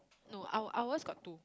no our ours got two